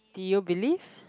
do you believe